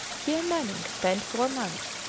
here manning spent four months,